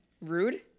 Rude